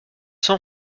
san